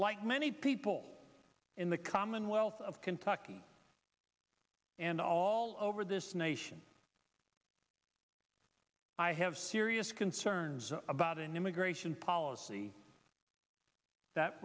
like many people in the commonwealth of kentucky and all over this nation i have serious concerns about an immigration policy that